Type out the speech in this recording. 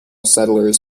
settlers